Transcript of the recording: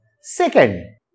Second